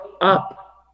up